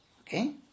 Okay